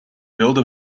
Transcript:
wilde